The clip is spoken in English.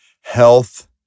health